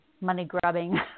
money-grubbing